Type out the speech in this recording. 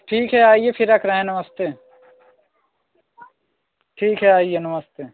ठीक है आइए फिर रख रहे हैं नमस्ते ठीक है आइए नमस्ते